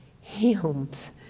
hymns